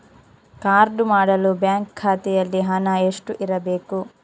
Card ಮಾಡಲು bank ಖಾತೆಯಲ್ಲಿ ಹಣ ಎಷ್ಟು ಇರಬೇಕು?